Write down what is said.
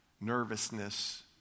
nervousness